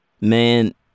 Man